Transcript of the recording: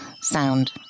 sound